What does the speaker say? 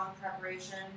preparation